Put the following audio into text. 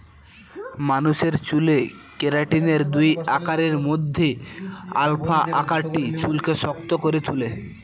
মানুষের চুলে কেরাটিনের দুই আকারের মধ্যে আলফা আকারটি চুলকে শক্ত করে তুলে